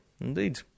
Indeed